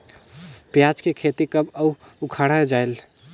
पियाज के खेती कब अउ उखाड़ा जायेल?